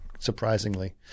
Surprisingly